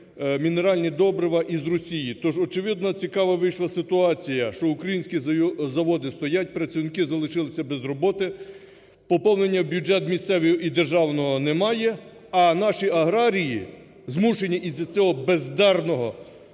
мінеральні добрива із Росії. Тож, очевидно, цікава вийшла ситуація, що українські заводи стоять, працівники залишилися без роботи, поповнення в бюджет місцевий і державного немає, а наші аграрії змушені із-за цього бездарного…